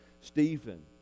stephen